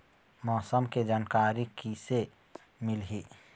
मौसम के जानकारी किसे मिलही?